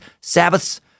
Sabbaths